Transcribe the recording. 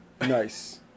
Nice